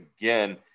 again